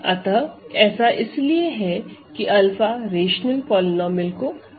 अतः ऐसा इसीलिए है कि 𝛂 रेशनल पॉलीनोमिअल को संतुष्ट करता है